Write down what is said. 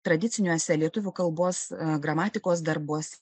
tradiciniuose lietuvių kalbos gramatikos darbuos